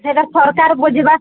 ସେଇଟା ସରକାର ବୁଝିବା